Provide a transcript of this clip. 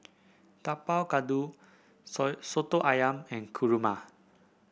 Tapak Kuda soto ayam and kurma